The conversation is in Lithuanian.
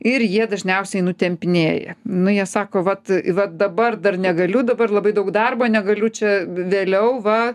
ir jie dažniausiai nutempinėja nu jie sako vat vat dabar dar negaliu dabar labai daug darbo negaliu čia vėliau va